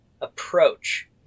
approach